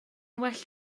well